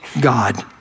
God